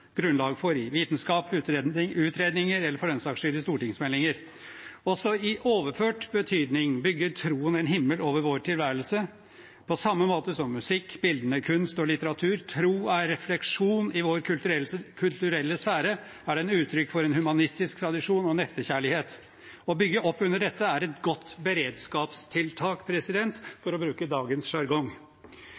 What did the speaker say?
grunnlag for i vitenskap, utredninger – eller for den saks skyld i stortingsmeldinger. Også i overført betydning bygger troen en himmel over vår tilværelse, på samme måte som musikk, bildende kunst og litteratur. Tro er refleksjon. I vår kulturelle sfære er den uttrykk for en humanistisk tradisjon og nestekjærlighet. Å bygge opp under dette er et godt beredskapstiltak – for å bruke dagens